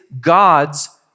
God's